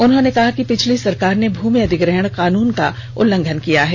उन्होंने कहा कि पिछली सरकार ने भूमि अधिग्रहण कानून का उल्लंघन किया है